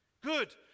good